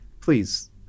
please